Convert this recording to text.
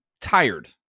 tired